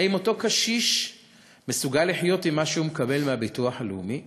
האם אותו קשיש מסוגל לחיות ממה שהוא מקבל מהביטוח הלאומי?